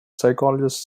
psychologist